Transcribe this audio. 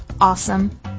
awesome